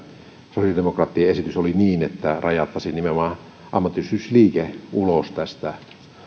sosiaalidemokraattien esitys oli niin että rajattaisiin nimenomaan ammattiyhdistysliike ulos tästä